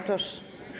Proszę.